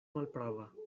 malprava